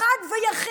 אחד ויחיד,